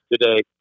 today